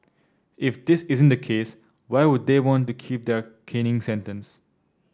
if this isn't the case why would they want to keep their caning sentence